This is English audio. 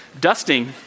Dusting